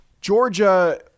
Georgia